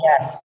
yes